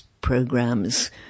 programs